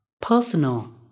personal